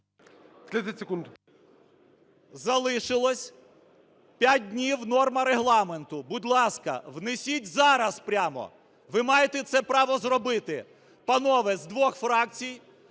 Залишилось 5 днів – норма Регламенту. Будь ласка, внесіть зараз прямо, ви маєте це право зробити, панове, з двох фракцій,